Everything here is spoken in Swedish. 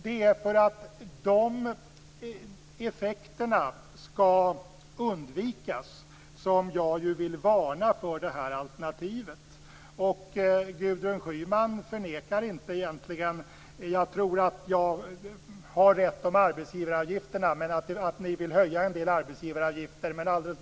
Det är för att undvika sådana effekter som jag vill varna för det här alternativet. Gudrun Schyman förnekar egentligen inte - jag tror att jag har rätt beträffande arbetsgivaravgifterna - att ni vill höja en del arbetsgivaravgifter.